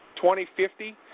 2050